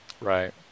Right